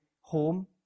home